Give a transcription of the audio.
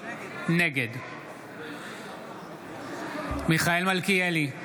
נגד מיכאל מלכיאלי,